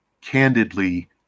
candidly